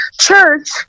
church